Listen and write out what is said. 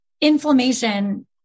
inflammation